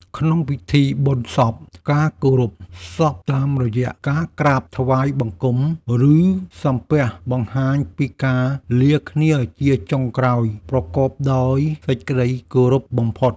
ក្នុងពិធីបុណ្យសព ការគោរពសពតាមរយៈការក្រាបថ្វាយបង្គំ ឬសំពះបង្ហាញពីការលាគ្នាជាចុងក្រោយប្រកបដោយសេចក្តីគោរពបំផុត។